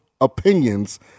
opinions